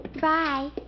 Bye